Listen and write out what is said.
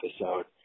episode